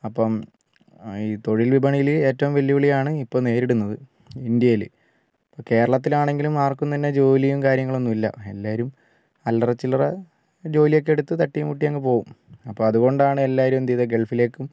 അപ്പം ഈ തൊഴില് വിപണിയിൽ ഏറ്റവും വെല്ലുവിളിയാണ് ഇപ്പം നേരിടുന്നത് ഇന്ത്യയിൽ ഇപ്പോൾ കേരളത്തിലാണെങ്കിലും ആര്ക്കും തന്നെ ജോലിയും കാര്യങ്ങളും ഒന്നും ഇല്ല എല്ലാവരും അല്ലറ ചില്ലറ ജോലിയൊക്കെ എടുത്ത് തട്ടിയും മുട്ടിയും അങ്ങ് പോവും അപ്പം അതുകൊണ്ടാണ് എല്ലാവരും എന്തു ചെയ്തത് ഗള്ഫിലേക്കും